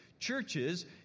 Churches